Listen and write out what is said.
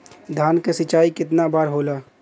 धान क सिंचाई कितना बार होला?